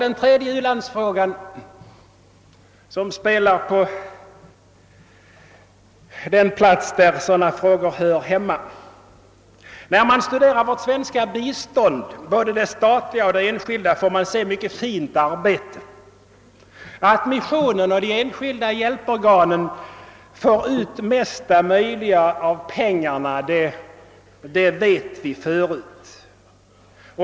En tredje u-landsfråga, som jag vill ta upp, har sitt ursprung i ett område där sådana saker hör till vanligheterna. När man studerar vårt svenska bistånd — både det statliga och det enskilda — får man se mycket fint arbete. Att missionen och de enskilda bhjälporganen får ut det mesta möjliga av pengarna vet vi förut.